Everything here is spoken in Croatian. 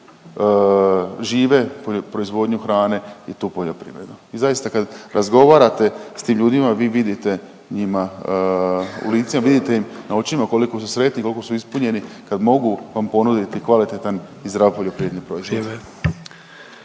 žive proizvodnju hrane i tu poljoprivredu. I zaista kad razgovarate s tim ljudima vi vidite njima u licima, vidite im na očima koliko su sretni, koliko su ispunjeni kad mogu vam ponuditi kvalitetan i zdrav poljoprivredni proizvod.